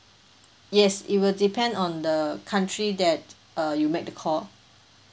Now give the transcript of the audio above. yes it will depend on the country that uh you make the call